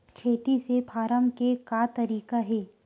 खेती से फारम के का तरीका हे?